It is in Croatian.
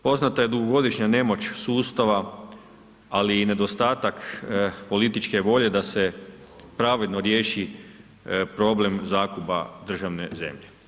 Poznata je dugogodišnja nemoć sustava ali i nedostatak političke volje da se pravedno riječi problem zakupa državne zemlje.